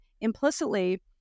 implicitly